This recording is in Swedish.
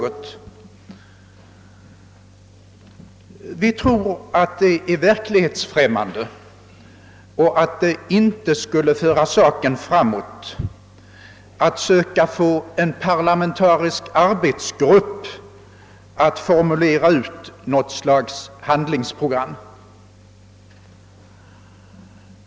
Vi tror att det är verklighetsfrämmande och att det inte skulle föra saken framåt att söka få en parlamentarisk arbetsgrupp att formulera något slags handlingsprogram.